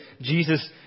Jesus